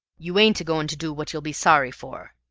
you ain't a-going to do what you'll be sorry for.